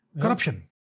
Corruption